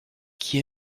qui